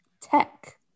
Tech